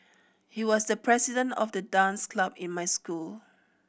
he was the president of the dance club in my school